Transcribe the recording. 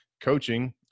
coaching